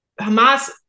hamas